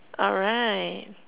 alright